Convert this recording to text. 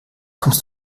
kommst